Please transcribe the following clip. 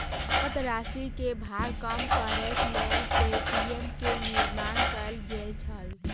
नकद राशि के भार कम करैक लेल पे.टी.एम के निर्माण कयल गेल छल